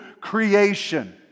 creation